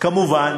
כמובן,